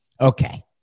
Okay